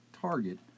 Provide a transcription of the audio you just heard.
Target